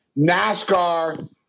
NASCAR